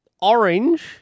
Orange